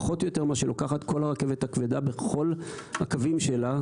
פחות או יותר מה שלוקחת כל הרכבת הכבדה בכל הקווים שלה,